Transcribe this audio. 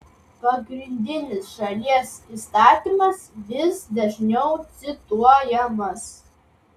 pagrindinis šalies įstatymas vis dažniau cituojamas